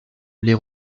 les